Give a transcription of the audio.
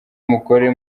mukore